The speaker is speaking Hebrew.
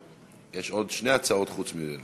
יש עוד שתי הצעות חוץ מזו.